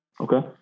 Okay